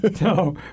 no